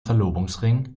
verlobungsring